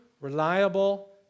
reliable